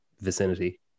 vicinity